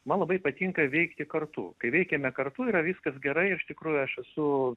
man labai patinka veikti kartu kai veikiame kartu yra viskas gerai ir iš tikrųjų aš esu